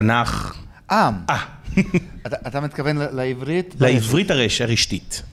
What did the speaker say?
‫נח... ‫-עם. ‫אתה מתכוון לעברית? ‫-לעברית הראשית, רשתית.